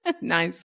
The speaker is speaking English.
Nice